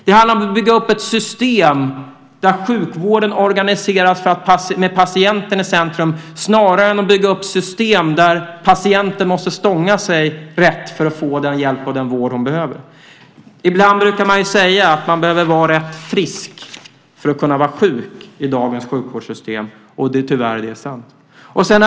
Det handlar om att bygga upp ett system där sjukvården organiseras med patienten i centrum snarare än att bygga upp system där patienten måste stånga sig rätt för att få den hjälp och den vård hon behöver. Ibland brukar man säga att man behöver vara rätt frisk för att kunna vara sjuk i dagens sjukvårdssystem, och det är tyvärr sant.